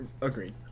Agreed